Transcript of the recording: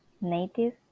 native